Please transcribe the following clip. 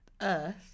Earth